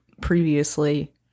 previously